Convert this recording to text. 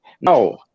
no